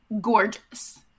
gorgeous